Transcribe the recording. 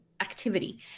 Activity